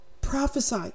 Prophesy